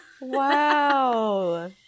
wow